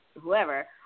whoever